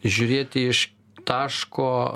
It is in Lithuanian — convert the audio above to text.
žiūrėti iš taško